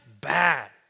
bad